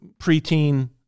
preteen